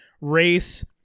race